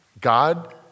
God